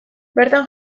bertan